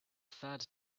third